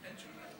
אין שום בעיה.